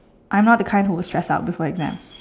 I'm not the kind who will stress out before exam